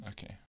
Okay